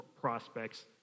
prospects